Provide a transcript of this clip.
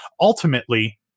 Ultimately